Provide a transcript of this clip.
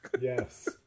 Yes